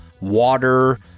water